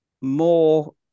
more